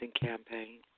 campaign